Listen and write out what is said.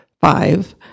five